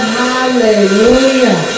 hallelujah